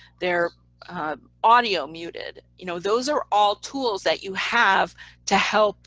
their audio muted. you know those are all tools that you have to help